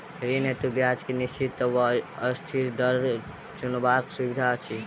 ऋण हेतु ब्याज केँ निश्चित वा अस्थिर दर चुनबाक सुविधा अछि